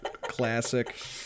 Classic